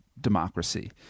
democracy